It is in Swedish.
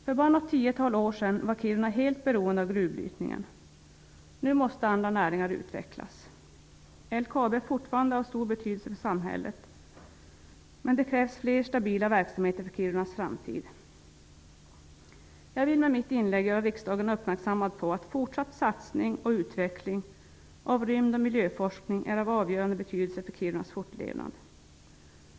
För bara något tiotal år sedan var Kiruna helt beroende av gruvbrytningen. Nu måste andra näringar utvecklas. LKAB är fortfarande av stor betydelse för samhället, men det krävs fler stabila verksamheter för Kirunas framtid. Jag vill med mitt inlägg göra riksdagen uppmärksammad på att fortsatt satsning och utveckling av rymd och miljöforskning är av avgörande betydelse för Kirunas fortlevnad.